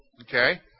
Okay